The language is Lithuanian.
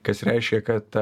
kas reiškia kad